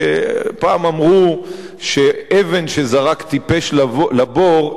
שפעם אמרו שאבן שזרק טיפש לבור,